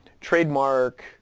trademark